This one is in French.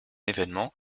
événement